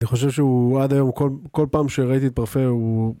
אני חושב שהוא עד היום, כל פעם שראיתי את פרפא הוא...